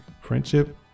Friendship